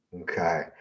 okay